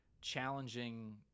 challenging